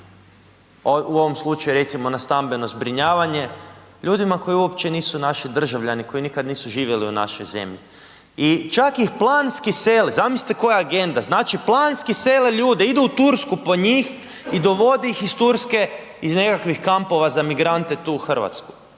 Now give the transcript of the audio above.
u ovom slučaju recimo na stambeno zbrinjavanje, ljudima koji uopće nisu naši državljani, koji nisu nikad živjeli u našoj zemlji. I čak ih planski seli, zamislite koja agenda, znači planski sele ljude, idu u Tursku po njih i dovode ih Turske iz nekakvih kampova za migrante tu u Hrvatsku.